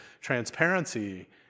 transparency